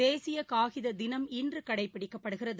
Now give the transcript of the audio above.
தேசியகாகிததினம் இன்றுகடைபிடிக்கப்படுகிறது